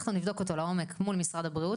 אנחנו נבדוק אותו לעומק מול משרד הבריאות